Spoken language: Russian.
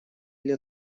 для